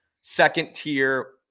second-tier